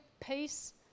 peace